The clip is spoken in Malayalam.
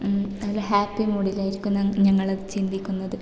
നല്ല ഹാപ്പി മൂടിലായിരിക്കും ഞങ്ങൾ അത് ചിന്തിക്കുന്നത്